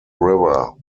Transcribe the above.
river